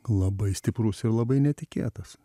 labai stiprus ir labai netikėtas